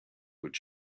would